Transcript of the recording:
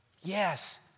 yes